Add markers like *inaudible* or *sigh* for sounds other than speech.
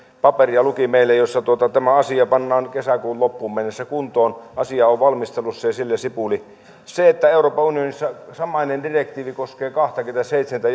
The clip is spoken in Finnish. ja luki meille sen paperin jonka mukaan tämä asia pannaan kesäkuun loppuun mennessä kuntoon että asia on valmistelussa ja sillä sipuli euroopan unionissa samainen direktiivi koskee kahtakymmentäseitsemää *unintelligible*